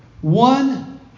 One